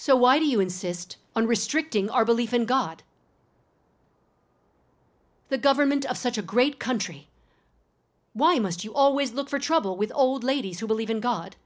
so why do you insist on restricting our belief in god the government of such a great country why must you always look for trouble with old ladies who believe in god